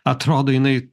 atrodo jinai